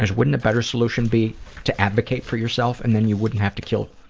and wouldn't a better solution be to advocate for yourself and then you wouldn't have to kill